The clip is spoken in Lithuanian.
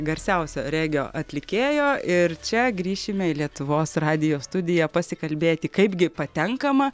garsiausio regio atlikėjo ir čia grįšime į lietuvos radijo studiją pasikalbėti kaip gi patenkama